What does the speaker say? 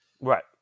Right